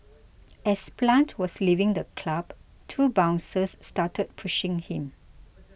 as Plant was leaving the club two bouncers started pushing him